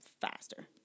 faster